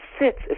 sits